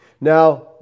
Now